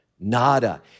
Nada